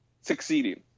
succeeding